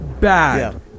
bad